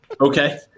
Okay